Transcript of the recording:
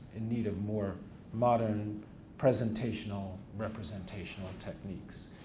in need of more modern presentational, representational techniques.